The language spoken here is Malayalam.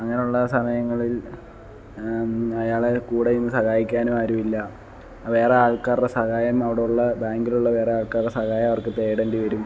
അങ്ങനെയുള്ള സമയങ്ങളിൽ അയാളെ കൂടെ നിന്ന് സഹായിക്കാനും ആരുമില്ല വേറെ ആൾക്കാരുടെ സഹായം അവിടെയുള്ള ബാങ്കിൽ ഉള്ള വേറെ ആൾക്കാരുടെ സഹായം അവർക്ക് തേടേണ്ടി വരും